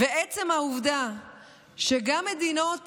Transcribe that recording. ועצם העובדה שגם מדינות